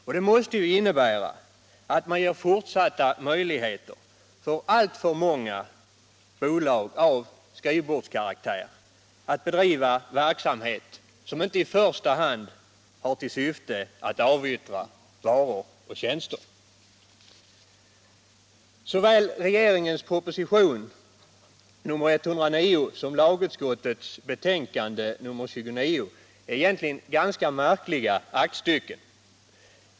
Detta måste innebära att man ger fortsatta möjligheter för alltför många bolag av skrivbordskaraktär att bedriva verksamhet som inte i första hand har till syfte att avyttra varor och tjänster. Såväl propositionen 109 som lagutskottets betänkande 29 är egentligen ganska märkliga aktstycken.